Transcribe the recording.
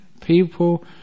people